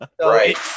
Right